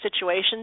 situations